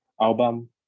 album